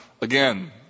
again